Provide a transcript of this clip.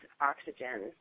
oxygen